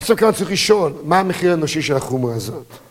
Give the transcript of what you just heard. בסופו כלל צריך לשאול, מה המחיר האנושי של החומה הזאת?